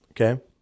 Okay